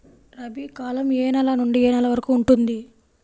రబీ కాలం ఏ నెల నుండి ఏ నెల వరకు ఉంటుంది?